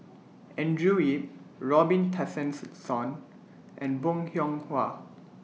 Andrew Yip Robin Tessensohn and Bong Hiong Hwa